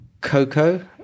Coco